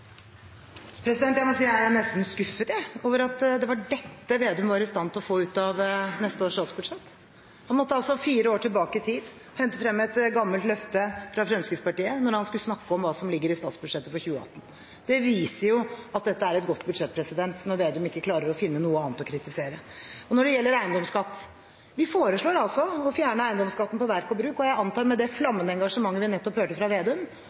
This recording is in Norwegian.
Jeg må si jeg er nesten skuffet over at det var dette Slagsvold Vedum var i stand til å få ut av neste års statsbudsjett. Han måtte altså fire år tilbake i tid og hente frem et gammelt løfte fra Fremskrittspartiet når han skulle snakke om hva som ligger i statsbudsjettet for 2018. Det viser jo at dette er et godt budsjett, når Slagsvold Vedum ikke klarer å finne noe annet å kritisere. Når det gjelder eiendomsskatt: Vi foreslår altså å fjerne eiendomsskatten på verk og bruk, og jeg antar, med det flammende engasjementet vi nettopp hørte fra Slagsvold Vedum,